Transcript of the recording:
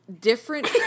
Different